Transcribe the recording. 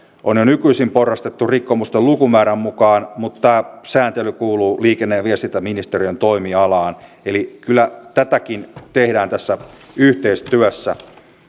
on jo nykyisin porrastettu rikkomusten lukumäärän mukaan mutta tämä sääntely kuuluu liikenne ja viestintäministeriön toimialaan eli kyllä tätäkin tehdään tässä yhteistyössä